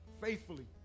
Faithfully